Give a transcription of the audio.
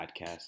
podcast